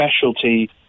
specialty